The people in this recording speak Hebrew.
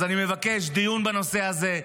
אני מבקש דיון בנושא הזה,